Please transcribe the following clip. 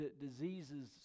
diseases